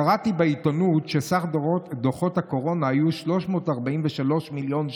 קראתי בעיתונות שסך דוחות הקורונה היו 343 מיליון שקל.